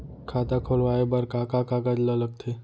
खाता खोलवाये बर का का कागज ल लगथे?